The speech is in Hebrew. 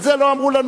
על זה לא אמרו לנו.